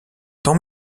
tant